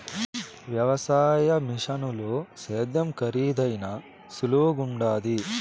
వ్యవసాయ మిషనుల సేద్యం కరీదైనా సులువుగుండాది